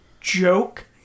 joke